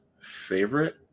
favorite